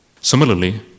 Similarly